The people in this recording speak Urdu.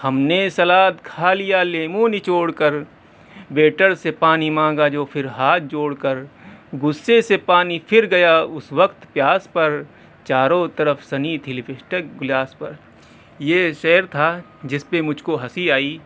ہم نے سلاد کھا لیا لیمو نچوڑ کر بیٹر سے پانی مانگا جو پھر ہاتھ جوڑ کر غصے سے پانی پھر گیا اس وقت پیاس پر چارو طرف سنی تھی لپ اسٹک گلاس پر یہ شعر تھا جس پہ مجھ کو ہنسی آئی